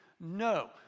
No